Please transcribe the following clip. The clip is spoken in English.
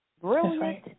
brilliant